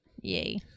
Yay